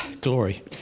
Glory